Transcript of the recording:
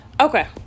Okay